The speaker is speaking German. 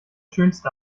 schönste